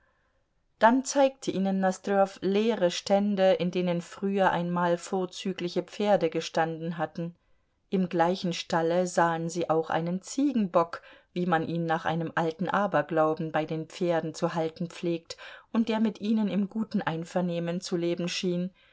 dann zeigte ihnen nosdrjow leere stände in denen früher einmal vorzügliche pferde gestanden hatten im gleichen stalle sahen sie auch einen ziegenbock wie man ihn nach einem alten aberglauben bei den pferden zu halten pflegt und der mit ihnen im guten einvernehmen zu leben schien